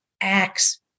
acts